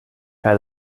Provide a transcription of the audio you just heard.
kaj